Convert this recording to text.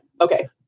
Okay